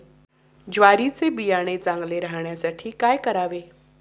ज्वारीचे बियाणे चांगले राहण्यासाठी काय करावे?